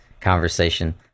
conversation